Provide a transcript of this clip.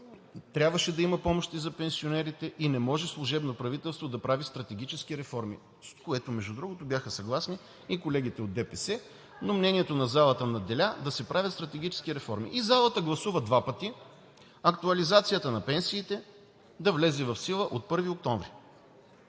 трябваше да има помощи за пенсионерите и не може служебно правителство да прави стратегически реформи, с което, между другото, бяха съгласни и колегите от ДПС, но мнението на залата надделя да се правят стратегически реформи. Залата гласува два пъти актуализацията на пенсиите да влезе в сила от 1 октомври.